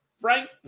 Frank